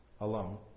alone